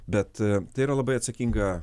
bet tai yra labai atsakinga